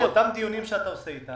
באותם דיונים שאתה מקיים,